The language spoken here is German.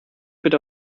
bitte